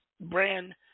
brand